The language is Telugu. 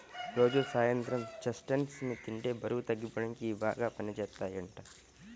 రోజూ సాయంత్రం చెస్ట్నట్స్ ని తింటే బరువు తగ్గిపోడానికి ఇయ్యి బాగా పనిజేత్తయ్యంట